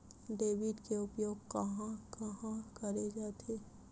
Debit के उपयोग कहां कहा करे जाथे?